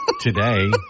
today